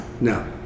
No